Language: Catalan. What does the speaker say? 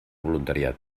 voluntariat